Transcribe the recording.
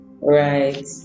Right